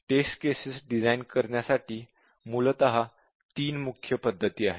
taste cases design करण्यासाठी मूलतः 3 मुख्य पध्दती आहेत